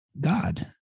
God